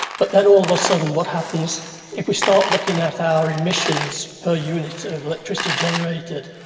but then all of a sudden what happens if we start looking at our emissions per unit of electricity generated?